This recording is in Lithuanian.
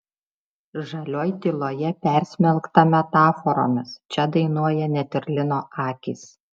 žalioj tyloje persmelkta metaforomis čia dainuoja net ir lino akys